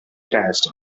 detached